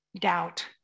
doubt